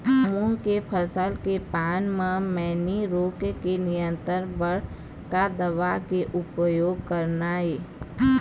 मूंग के फसल के पान म मैनी रोग के नियंत्रण बर का दवा के उपयोग करना ये?